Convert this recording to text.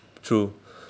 true